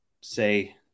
say